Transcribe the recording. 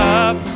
up